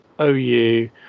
OU